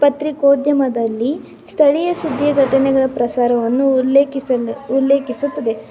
ಪತ್ರಿಕೋದ್ಯಮದಲ್ಲಿ ಸ್ಥಳೀಯ ಸುದ್ದಿ ಘಟನೆಗಳ ಪ್ರಸಾರವನ್ನು ಉಲ್ಲೇಖಿಸಲು ಉಲ್ಲೇಖಿಸುತ್ತದೆ